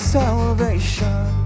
salvation